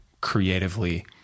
creatively